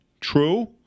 True